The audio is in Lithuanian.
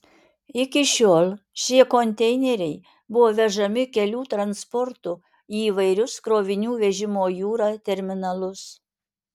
iki šiol šie konteineriai buvo vežami kelių transportu į įvairius krovinių vežimo jūra terminalus